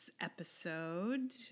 episode